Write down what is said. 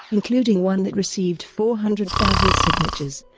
including one that received four hundred thousand signatures,